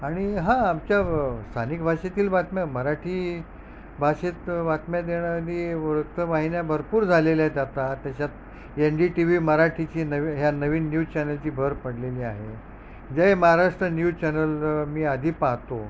आणि हा आमच्या व स्थानिक भाषेतील बातम्या मराठी भाषेत बातम्या देणारी वृत्तवाहिन्या भरपूर झालेल्या आहेत आता त्याच्यात एन डी टी व्ही मराठीची नवी ह्या नवीन न्यूज चॅनलची भर पडलेली आहे जय महाराष्ट्र न्यूज चॅनल मी आधी पाहतो